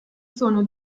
sono